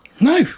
no